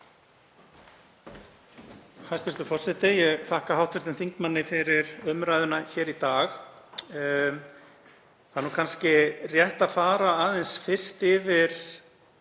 Hæstv. forseti. Ég þakka hv. þingmanni fyrir umræðuna hér í dag. Það er kannski rétt að fara aðeins fyrst yfir